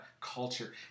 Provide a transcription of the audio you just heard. culture